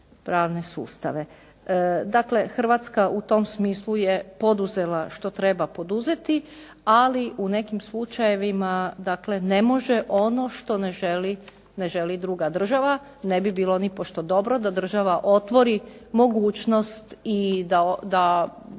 pravne sustave. Dakle, Hrvatska u tom smislu je poduzela što treba poduzeti. Ali u nekim slučajevima dakle ne može ono što ne želi druga država. Ne bi bilo nipošto dobro da država otvori mogućnost i da